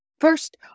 First